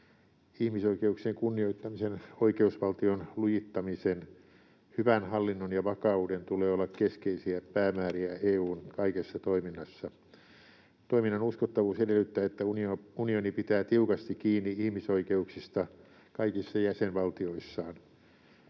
Ihmisoikeuksien kunnioittamisen, oikeusvaltion lujittamisen, hyvän hallinnon ja vakauden tulee olla keskeisiä päämääriä EU:n kaikessa toiminnassa. Toiminnan uskottavuus edellyttää, että unioni pitää tiukasti kiinni ihmisoikeuksista kaikissa jäsenvaltioissaan.